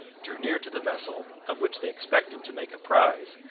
drew near to the vessel, of which they expected to make a prize,